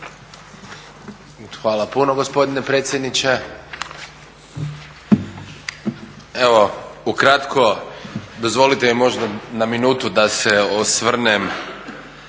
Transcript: Hvala puno gospodine predsjedniče. Evo, ukratko, dozvolite mi možda na minutu da se osvrnem